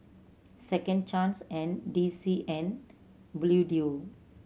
Second Chance and D C and Bluedio